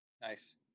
nice